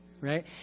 right